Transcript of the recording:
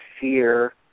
fear